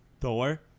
Thor